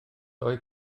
oedd